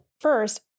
first